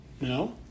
No